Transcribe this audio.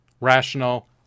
rational